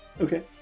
Okay